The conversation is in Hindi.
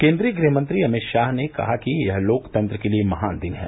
केन्द्रीय गृह मंत्री अमित शाह ने कहा कि यह लोकतंत्र के लिए महान दिन है